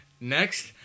Next